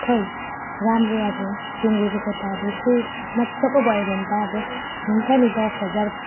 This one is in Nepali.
खै राम्रो अब सुङ्गुरको त अब यस्तै मज्जको भयो भने अब हुन्छ नि दस हजार